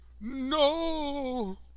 No